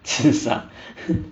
自杀